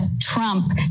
Trump